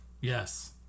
Yes